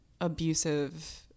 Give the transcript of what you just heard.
abusive